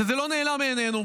וזה לא נעלם מעינינו,